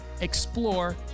explore